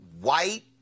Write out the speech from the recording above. white